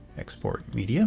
export media